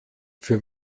für